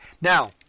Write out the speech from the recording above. Now